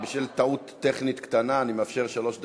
בשל טעות טכנית קטנה אני מאפשר שלוש דקות,